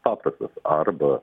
paprastas arba